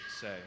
say